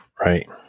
Right